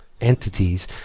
entities